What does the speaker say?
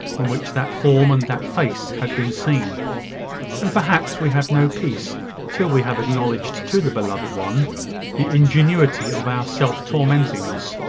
in which that form and that face had been seen and perhaps we have no peace till we have acknowledged to the beloved one the ingenuity of our self-tormentings.